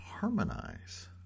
harmonize